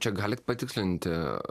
čia galit patikslinti